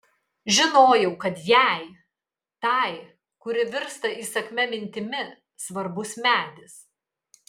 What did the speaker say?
žinojau kad jai tai kuri virsta įsakmia mintimi svarbus medis